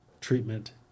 treatment